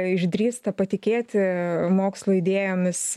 išdrįsta patikėti mokslo idėjomis